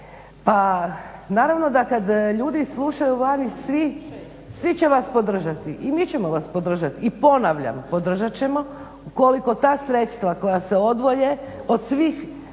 Pa naravno da kad ljudi slušaju vani, svi će vas podržati i mi ćemo vas podržati, i ponavljam, podržat ćemo ukoliko ta sredstva koja se odvoje od svih dužnosnika